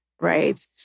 right